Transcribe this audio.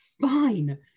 fine